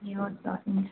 ए हस् हस् हुन्छ